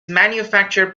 manufactured